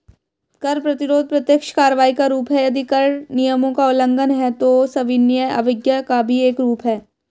कर प्रतिरोध प्रत्यक्ष कार्रवाई का रूप है, यदि कर नियमों का उल्लंघन है, तो सविनय अवज्ञा का भी एक रूप है